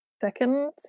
second